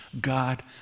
God